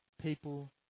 people